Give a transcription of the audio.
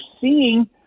seeing